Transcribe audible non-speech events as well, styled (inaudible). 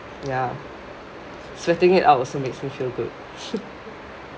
ya sweating it out also makes me feel good (laughs)